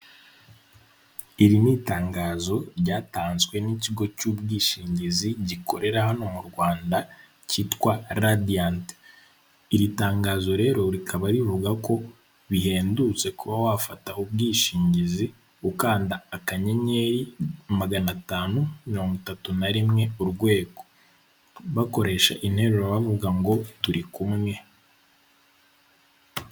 Itangazo ryatanzwe n'ikigo cy'ubwishingizi gikorera hano mu Rwanda, kitwa Radiyanti. Iri tangazo rero rikaba rivuga ko bihendutse kuba wafata ubwishingizi, ukanda akanyenyeri, magana atanu mirongo itatu na rimwe, urwego. Bakoresha interuro bavuga ngo "turi kumwe".